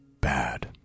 bad